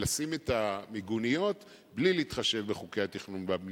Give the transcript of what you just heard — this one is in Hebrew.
ולשים את המיגוניות בלי להתחשב בחוקי התכנון והבנייה.